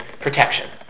protection